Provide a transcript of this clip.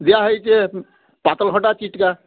ଦିଆହେଇଛେ ପାତଲ୍ ଘଣ୍ଟା ଚିଟ୍କା